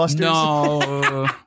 No